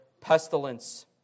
pestilence